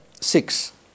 six